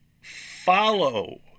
follow